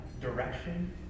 direction